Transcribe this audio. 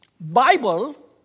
Bible